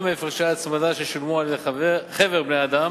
או מהפרשי הצמדה ששולמו על-ידי חבר בני-אדם